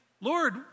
Lord